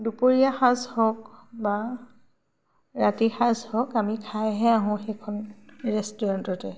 দুপৰীয়া সাঁজ হওক বা ৰাতিৰ সাঁজ হওক আমি খাইহে আহোঁ সেইখন ৰেষ্টুৰেণ্টতে